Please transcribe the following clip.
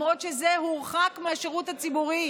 למרות שזה הורחק מהשירות הציבורי